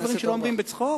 לא אומרים בצחוק.